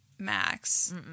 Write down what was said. max